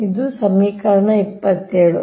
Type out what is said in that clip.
ಇದು ನಿಮ್ಮ ಸಮೀಕರಣ 27